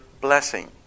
blessing